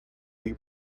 you